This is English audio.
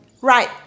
Right